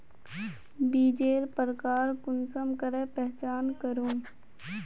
बीजेर प्रकार कुंसम करे पहचान करूम?